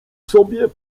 sobie